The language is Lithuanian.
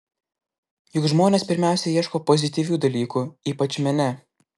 juk žmonės pirmiausia ieško pozityvių dalykų ypač mene